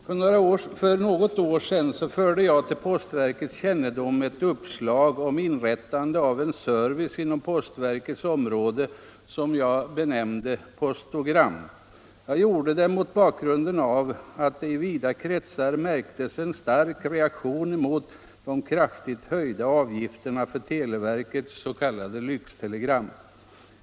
För något år sedan förde jag till postverkets kännedom ett uppslag om inrättande av en service inom postverkets område som jag benämnde postogram. Jag gjorde det mot bakgrunden av att det i vida kretsar förmärktes en stark reaktion mot de kraftigt höjda avgifterna för televerkets s.k. lyxtelegram.